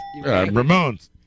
Ramones